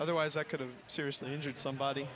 otherwise i could have seriously injured somebody